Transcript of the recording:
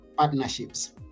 partnerships